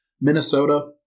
Minnesota